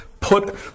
put